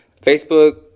Facebook